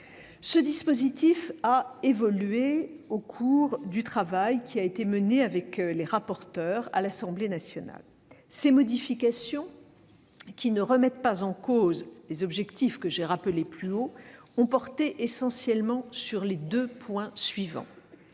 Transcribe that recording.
Ce dispositif a évolué au cours du travail mené avec les rapporteurs à l'Assemblée nationale. Les modifications, qui ne remettent pas en cause les objectifs que j'ai rappelés plus haut, ont porté essentiellement sur deux points.